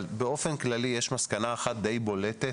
אבל באופן כללי יש מסקנה אחת די בולטת,